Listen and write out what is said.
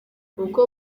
uko